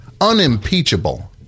Unimpeachable